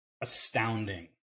Astounding